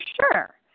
sure